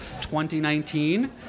2019